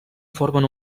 formen